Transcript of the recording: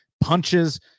punches